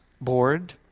Bored